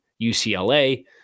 UCLA